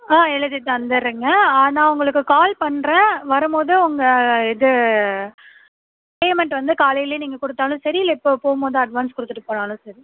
ஆ எழுதி தந்துவிடுரேங்க ஆனால் உங்களுக்கு கால் பண்ணுறேன் வருமோது உங்கள் இது பேமண்ட் வந்து காலையில நீங்கள் கொடுத்தாலும் சரி இல்லை இப்போ போகும்போது அட்வான்ஸ் கொடுத்துட்டு போனாலும் சரி